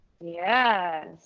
Yes